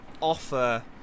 offer